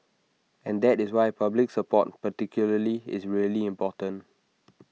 and that is why public support particularly is really important